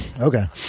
Okay